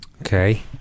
okay